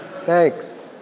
Thanks